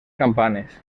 campanes